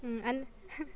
mm un~